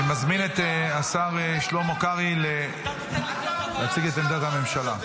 אני מזמין את השר שלמה קרעי להציג את עמדת הממשלה.